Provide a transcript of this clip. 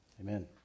Amen